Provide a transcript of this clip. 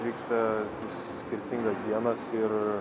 vyksta skirtingas dienas ir